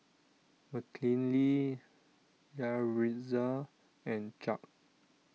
Mckinley Yaritza and Chuck